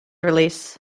release